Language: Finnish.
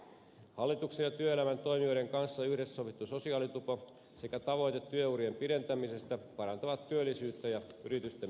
hallituksen ja työelämän toimijoiden kanssa yhdessä sovittu sosiaalitupo sekä tavoite työurien pidentämisestä parantavat työllisyyttä ja yritystemme kilpailukykyä